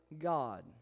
God